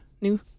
new